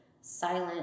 Silent